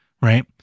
Right